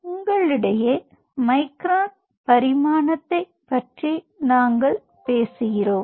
உங்களிடையே மைக்ரான் பரிமாணத்தைப் பற்றி நாங்கள் பேசுகிறோம்